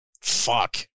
Fuck